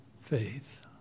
faith